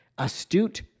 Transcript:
Astute